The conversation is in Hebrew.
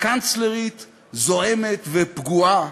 קנצלרית זועמת ופגועה,